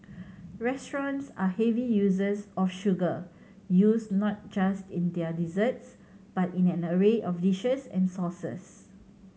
restaurants are heavy users of sugar used not just in their desserts but in an array of dishes and sauces